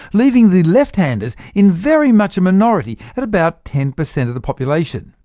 leaving the left-handers in very much a minority at about ten per cent of the population.